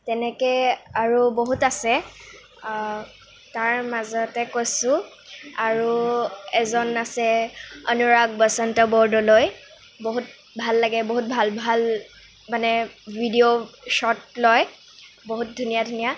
তেনেকৈ আৰু বহুত আছে তাৰ মাজতে কৈছো আৰু এজন আছে অনুৰাগ বসন্ত বৰদলৈ বহুত ভাল লাগে বহুত ভাল ভাল মানে ভিডিঅ' শ্বট্ লয় বহুত ধুনীয়া ধুনীয়া